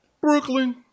Brooklyn